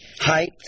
Height